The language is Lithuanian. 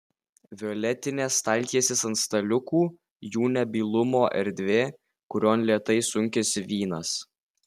violetinės staltiesės ant staliukų jų nebylumo erdvė kurion lėtai sunkiasi vynas